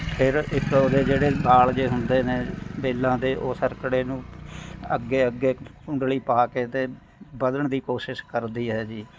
ਫਿਰ ਇੱਕ ਉਹਦੇ ਜਿਹੜੇ ਵਾਲ ਜਿਹੇ ਹੁੰਦੇ ਨੇ ਵੇਲਾਂ ਦੇ ਉਹ ਸਰਕੜੇ ਨੂੰ ਅੱਗੇ ਅੱਗੇ ਕੁੰਡਲੀ ਪਾ ਕੇ ਅਤੇ ਵਧਣ ਦੀ ਕੋਸ਼ਿਸ਼ ਕਰਦੀ ਹੈ ਜੀ